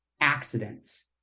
accidents